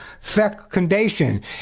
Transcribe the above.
fecundation